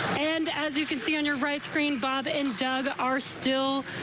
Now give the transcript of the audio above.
and as you can see on your right screen bob and doug are still.